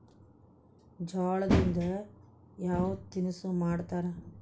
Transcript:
ಜೋಳದಿಂದ ಯಾವ ತಿನಸು ಮಾಡತಾರ?